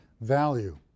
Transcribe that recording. value